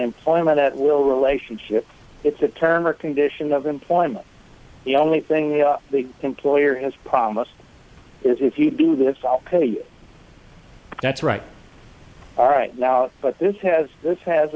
employment at will relationship it's a term or condition of employment the only thing the employer has promised is if you do this all that's right all right now but this has this has